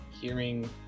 hearing